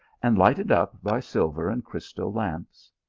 and lighted up by silver and crystal lamps.